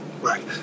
right